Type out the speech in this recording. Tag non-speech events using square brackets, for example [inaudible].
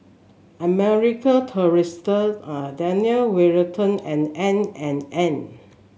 American Tourister [hesitation] Daniel Wellington and N and N